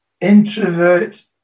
introvert